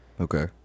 Okay